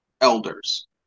elders